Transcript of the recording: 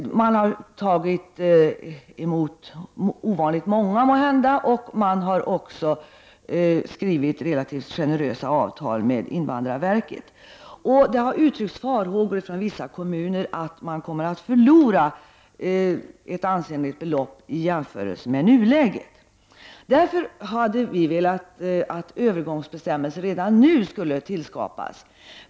Man har tagit emot måhända ovanligt många flyktingar, och man har skrivit relativt generösa avtal med invandrarverket. Det har uttryckts farhågor från vissa kommuner att man kommer att förlora ett ansenligt belopp i jämförelse med nuläget. Därför hade vi velat att övergångsbestämmelser skulle ha skapats redan nu.